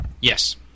Yes